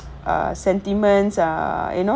err sentiments err you know